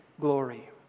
glory